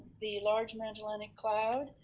the large magellanic cloud,